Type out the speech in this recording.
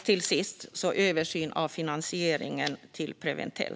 Till sist bör en översyn göras av finansieringen till Preventell.